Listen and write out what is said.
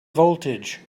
voltage